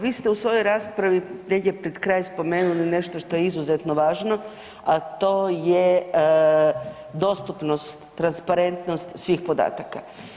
Vi ste u svojoj raspravi negdje pred kraj spomenuli nešto što je izuzetno važno, a to je dostupnost, transparentnost svih podataka.